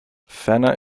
ferner